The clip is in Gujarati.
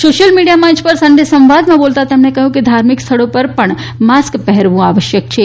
સોશ્થિલ મીડીયા મંચ પર સન્ડે સંવાદમાં બોલતાં તેમણે કહ્યું કે ધાર્મિક સ્થળો પર પણ માસ્ક પહેરવું આવશ્યક છે